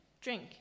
Drink